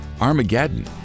Armageddon